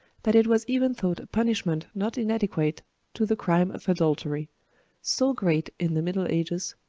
that it was even thought a punishment not inadequate to the crime of adultery so great, in the middle ages,